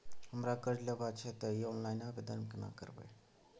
हमरा कर्ज लेबा छै त इ ऑनलाइन आवेदन केना करबै?